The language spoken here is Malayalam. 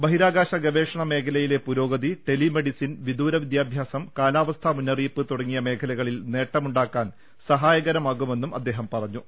ബഹിരാകാശ ഗവേഷണ മേഖലയിലെ പുരോഗതി ടെലിമെഡിസിൻ വിദൂര വിദ്യാഭ്യാസം കാലാവസ്ഥാ മുന്നറിയിപ്പ് തുടങ്ങിയ മേഖലകളിൽ നേട്ടമുണ്ടാക്കാൻ സഹായകര മാകുമെന്നും അദ്ദേഹം പറഞ്ഞു